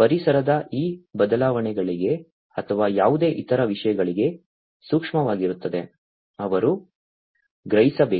ಪರಿಸರದ ಈ ಬದಲಾವಣೆಗಳಿಗೆ ಅಥವಾ ಯಾವುದೇ ಇತರ ವಿಷಯಗಳಿಗೆ ಸೂಕ್ಷ್ಮವಾಗಿರುತ್ತದೆ ಅವರು ಗ್ರಹಿಸಬೇಕು